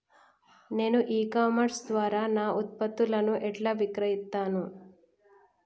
నేను e commerce ద్వారా నా ఉత్పత్తులను ఎట్లా విక్రయిత్తను?